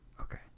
Okay